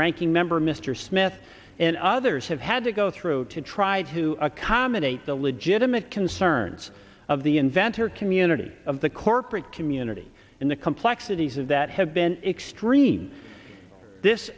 ranking member mr smith and others have had to go through to try to accommodate the legitimate concerns of the inventor community of the corporate community and the complexities of that have been extreme this